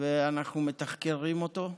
ואנחנו מתחקרים אותו.